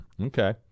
okay